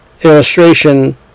illustration